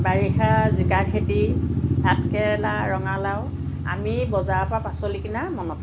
বাৰিষা জিকা খেতি ভাত কেৰেলা ৰঙালাও আমি বজাৰৰ পৰা পাচলি কিনা মনত নাই